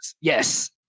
Yes